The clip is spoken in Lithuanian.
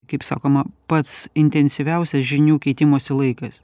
kaip sakoma pats intensyviausias žinių keitimosi laikas